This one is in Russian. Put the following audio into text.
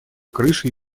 крышей